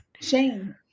Shane